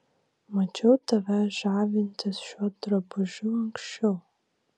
mačiau tave žavintis šiuo drabužiu anksčiau